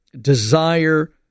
desire